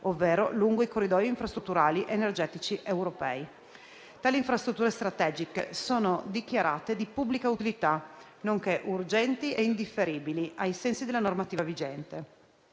ovvero lungo i corridoi infrastrutturali energetici europei. Tali infrastrutture strategiche sono dichiarate di pubblica utilità, nonché urgenti e indifferibili ai sensi della normativa vigente.